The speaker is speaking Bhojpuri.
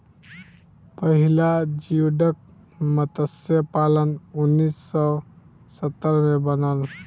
पहिला जियोडक मतस्य पालन उन्नीस सौ सत्तर में बनल